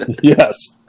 Yes